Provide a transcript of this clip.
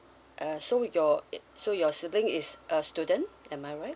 uh so your it so your sibling is a student am I right